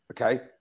Okay